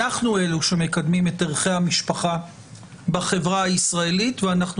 אנחנו אלה שמקדמים את ערכי המשפחה בחברה הישראלית ואנחנו